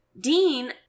Dean